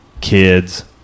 kids